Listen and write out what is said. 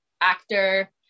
actor